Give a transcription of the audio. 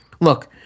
look